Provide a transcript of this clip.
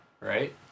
Right